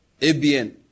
ABN